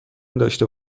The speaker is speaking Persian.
داشته